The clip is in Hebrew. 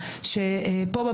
שפה,